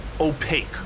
opaque